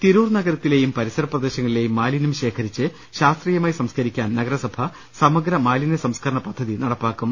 തിരൂർ നഗരത്തിലെയും പരിസരപ്രദേശങ്ങളിലെയും മാലിന്യം ശേഖരിച്ച് ശാസ്ത്രീയമായി സംസ്കരിക്കാൻ നഗരസഭ സമഗ്ര മാലിന്യസംസ്കരണ പദ്ധതി നടപ്പാക്കും